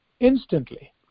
instantly